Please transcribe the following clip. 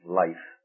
life